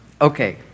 Okay